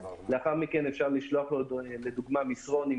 ולאחר מכן אפשר לשלוח לו למשל מסרון עם